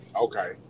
Okay